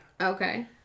Okay